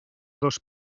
dos